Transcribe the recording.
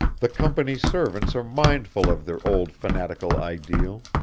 the company's servants are mindful of their old fanatical ideal.